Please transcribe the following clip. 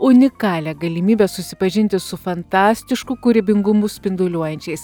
unikalią galimybę susipažinti su fantastišku kūrybingumu spinduliuojančiais